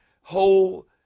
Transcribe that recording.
whole